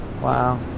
Wow